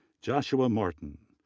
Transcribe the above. joshua martin,